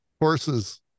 horses